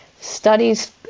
studies